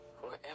forever